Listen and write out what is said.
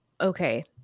okay